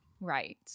Right